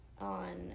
on